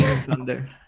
Thunder